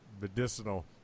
medicinal